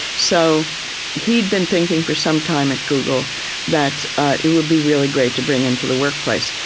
so he'd been thinking for some time at google that it would be really great to bring into the workplace.